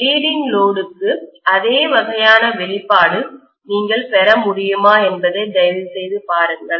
leading லோடுக்கு அதே வகையான வெளிப்பாடு நீங்கள் பெற முடியுமா என்பதை தயவுசெய்து பாருங்கள்